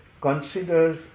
considers